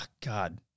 God